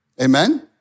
Amen